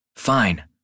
Fine